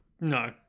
No